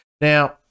Now